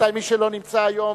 מי שלא נמצא היום,